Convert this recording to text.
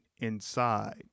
inside